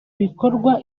bikorwa